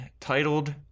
Titled